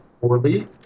poorly